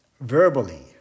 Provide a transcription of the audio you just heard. verbally